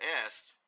asked